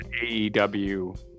AEW